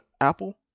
Apple